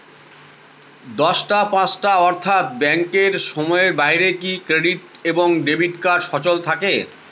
দশটা পাঁচটা অর্থ্যাত ব্যাংকের সময়ের বাইরে কি ক্রেডিট এবং ডেবিট কার্ড সচল থাকে?